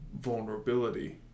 vulnerability